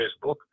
Facebook